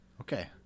okay